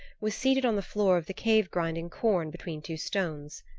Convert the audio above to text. was seated on the floor of the cave grinding corn between two stones.